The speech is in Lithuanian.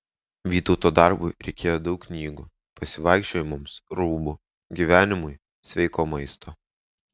vytauto darbui reikėjo daug knygų pasivaikščiojimams rūbų gyvenimui sveiko maisto